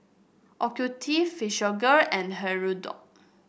Ocuvite Physiogel and Hirudoid